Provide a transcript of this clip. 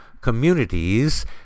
communities